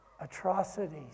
Atrocities